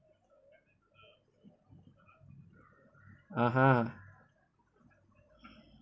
a'ah